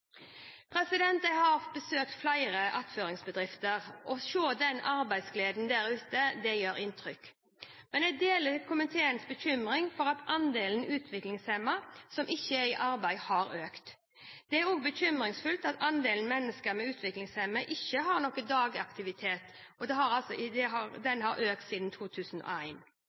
Jeg har besøkt flere attføringsbedrifter. Å se den arbeidsgleden der ute gjør inntrykk. Men jeg deler komiteens bekymring for at andelen utviklingshemmede som ikke er i arbeid, har økt. Det er også bekymringsfullt at andelen mennesker med utviklingshemning som ikke har noen dagaktivitet, har økt siden 2001. Derfor er jeg glad for at regjeringen i budsjettet for 2014 har